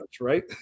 right